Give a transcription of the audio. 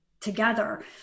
together